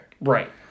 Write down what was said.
Right